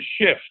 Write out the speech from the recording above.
shift